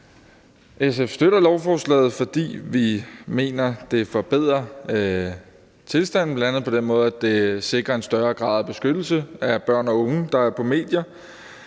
SF støtter lovforslaget, fordi vi mener, det forbedrer tilstanden, bl.a. på den måde, at det sikrer en større grad af beskyttelse af børn og unge, der er på medier.